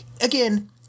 again